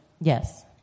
Yes